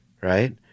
right